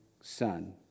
son